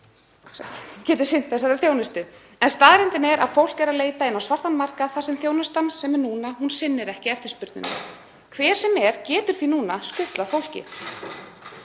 geti sinnt þessari þjónustu. En staðreyndin er að fólk er að leita inn á svartan markað þar sem þjónustan sem nú er í boði annar ekki eftirspurninni. Hver sem er getur því núna skutlað fólki.